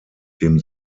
dem